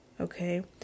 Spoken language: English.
Okay